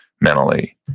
mentally